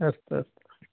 अस्तु अस्तु